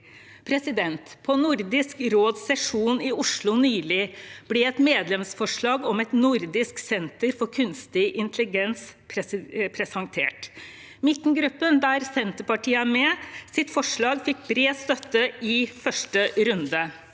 På Nordisk råds sesjon i Oslo nylig ble et medlemsforslag om et nordisk senter for kunstig intelligens presentert. Forslaget fra Midtengruppen, der Senterpartiet er med, fikk bred støtte i første runde.